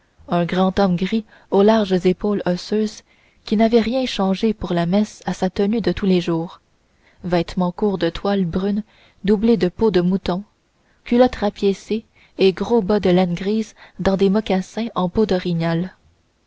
un grand homme gris aux larges épaules osseuses qui n'avait rien changé pour la messe à sa tenue de tous les l'ours vêtement court de toile brune doublé de peau de mouton culottes rapiécées et gros bas de laine gris dans des mocassins en peau d'orignal